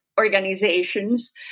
organizations